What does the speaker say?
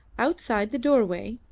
outside the doorway,